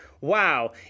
Wow